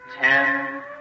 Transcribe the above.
Ten